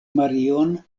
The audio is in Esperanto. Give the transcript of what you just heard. marion